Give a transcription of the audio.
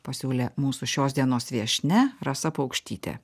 pasiūlė mūsų šios dienos viešnia rasa paukštytė